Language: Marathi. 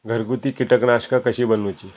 घरगुती कीटकनाशका कशी बनवूची?